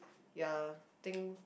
ya think